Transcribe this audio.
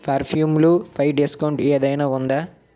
పర్ఫ్యూమ్లు పై డిస్కౌంట్ ఏదైనా ఉందా